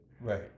Right